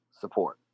support